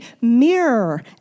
mirror